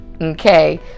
okay